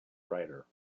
writer